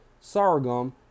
sorghum